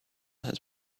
his